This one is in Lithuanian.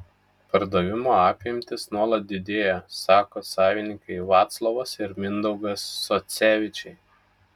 pardavimo apimtys nuolat didėja sako savininkai vaclovas ir mindaugas socevičiai